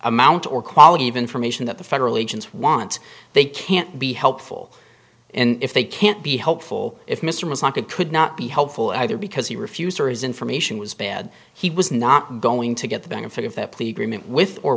amount or quality of information that the federal agents want they can't be helpful and if they can't be helpful if mr muslim could could not be helpful either because he refused or is information was bad he was not going to get the benefit of that plea agreement with or